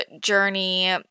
journey